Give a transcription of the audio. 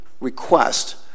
request